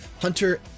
Hunter